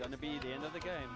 going to be the end of the game